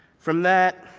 from that,